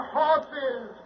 horses